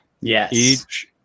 Yes